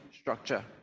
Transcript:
structure